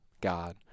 God